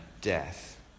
death